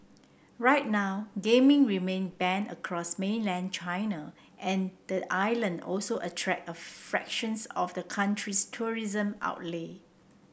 right now gaming remain banned across mainland China and the island also attract a fractions of the country's tourism outlay